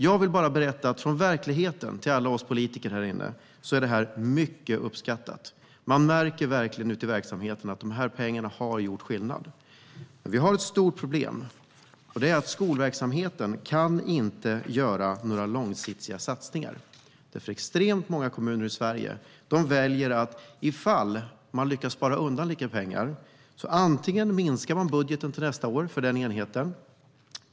Jag vill bara hälsa från verkligheten till alla politiker här inne att det här är mycket uppskattat. Det märks verkligen ute i verksamheterna att de här pengarna har gjort skillnad. Men vi har ett stort problem, och det är att skolverksamheten inte kan göra några långsiktiga satsningar. Extremt många kommuner i Sverige väljer i det fall en enhet lyckas spara lite pengar att minska budgeten för nästa år för den enheten.